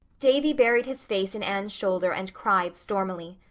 davy buried his face in anne's shoulder and cried stormily.